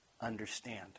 understand